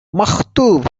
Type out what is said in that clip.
maktub